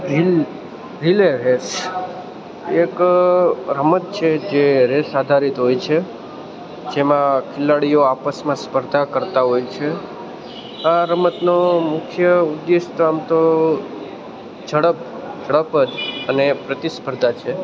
reel relay race એક રમત છે જે રેસ આધારિત હોય છે જેમાં ખેલાડીઓ આપસમાં સ્પર્ધા કરતાં હોય છે આ રમતનો મુખ્ય ઉદ્દેશ્ય તો આમ તો ઝડપ ઝડપ અને પ્રતિસ્પર્ધા છે